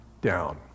down